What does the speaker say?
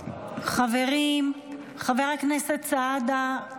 חברים, חבר הכנסת סעדה.